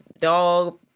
dog